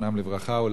זיכרונם לברכה,